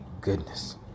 goodness